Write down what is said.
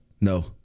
No